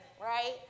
right